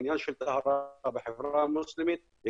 העניין של טהרה בחברה המוסלמית הוא